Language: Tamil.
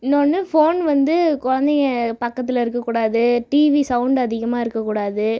இன்னொன்று ஃபோன் வந்து குழந்தைங்க பக்கத்தில் இருக்க கூடாது டிவி சவுண்ட் அதிகமாக இருக்க கூடாது